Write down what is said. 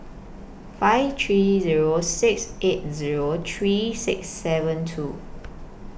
five three Zero six eight Zero three six seven two